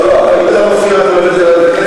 לא, לא, מה זה קשור?